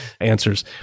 answers